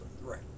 Right